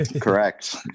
correct